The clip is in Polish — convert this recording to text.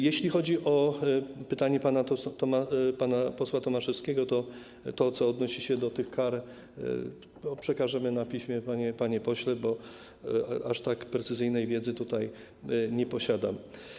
Jeśli chodzi o pytanie pana posła Tomaszewskiego - to, co odnosi się do tych kar, przekażemy na piśmie, panie pośle, bo aż tak precyzyjnej wiedzy tutaj nie posiadam.